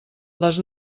les